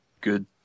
good